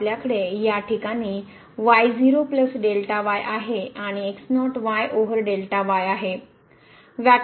तर आपल्याकडे या ठिकाणी आहे आणि ओवर आहे